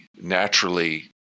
naturally